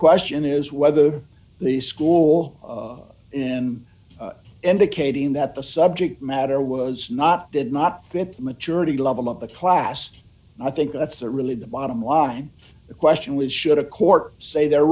question is whether the school in indicating that the subject matter was not did not fit the maturity level of the class i think that's really the bottom line the question was should a court say they're